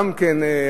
גם כן,